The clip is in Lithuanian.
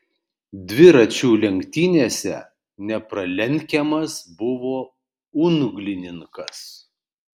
dviračių lenktynėse nepralenkiamas buvo unglininkas